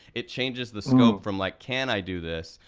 it changes the scope from like can i do this,